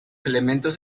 elementos